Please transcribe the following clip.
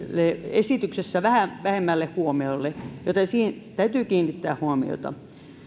esityksessä vähän vähemmälle huomiolle joten siihen täytyy kiinnittää huomiota